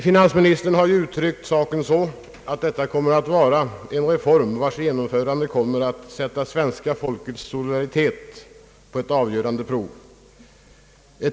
Finansministern har uttryckt saken så att detta blir en reform vars genomförande kommer att sätta svenska folkets solidaritet på ett avgörande prov.